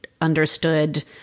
understood